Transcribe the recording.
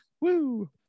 Woo